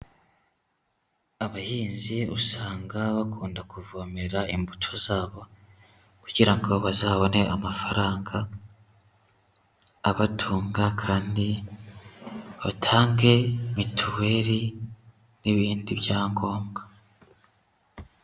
Abahinzi usanga bakunda kuvomera imbuto zabo, kugira ngo bazabone amafaranga abatunga kandi batange mituweli n'ibindi byangombwa.